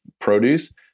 produce